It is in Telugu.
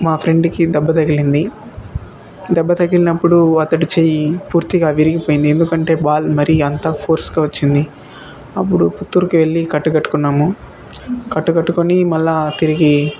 మా ఫ్రెండ్కి దెబ్బ తగిలింది దెబ్బ తగిలినప్పుడు అతని చేయి పూర్తిగా విరిగిపోయింది ఎందుకంటే బాల్ మరీ అంత ఫోర్సుగా వచ్చింది అప్పుడు పుత్తూరుకు వెళ్ళికట్టు కట్టుకున్నాము కట్టు కట్టుకొని మరలా తిరిగి